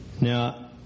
Now